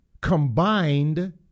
combined